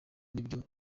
nibyo